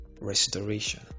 restoration